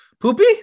Poopy